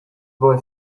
boy